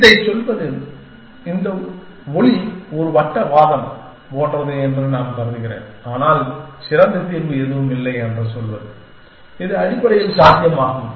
இதைச் சொல்வது இந்த ஒலி ஒரு வட்ட வாதம் போன்றது என்று நான் கருதுகிறேன் ஆனால் சிறந்த தீர்வு எதுவும் இல்லை என்று சொல்வது இது அடிப்படையில் சாத்தியமாகும்